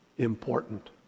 important